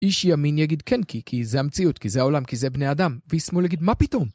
איש ימין יגיד כן, כי זה המציאות, כי זה העולם, כי זה בני אדם, ואיש שמאל יגיד מה פתאום?